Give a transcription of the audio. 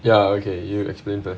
ya okay you explain